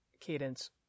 cadence